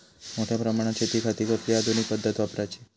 मोठ्या प्रमानात शेतिखाती कसली आधूनिक पद्धत वापराची?